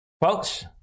Folks